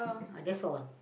uh that's all